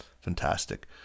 fantastic